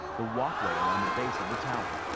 the walkway around the base of the tower.